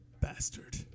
Bastard